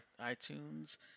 iTunes